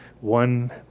one